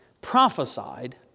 prophesied